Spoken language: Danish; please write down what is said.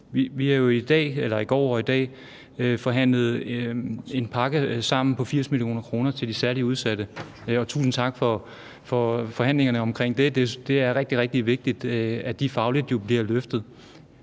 Vi har jo i går og i dag sammen forhandlet om en pakke på 80 mio. kr. til de særlig udsatte, og tusind tak for forhandlingerne omkring det. Det er rigtig, rigtig vigtigt, at de fagligt bliver løftet.